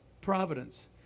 Providence